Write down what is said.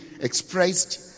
expressed